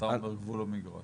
ואתה אומר גבול המדרש.